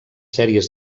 sèries